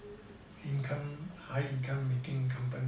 income high income making company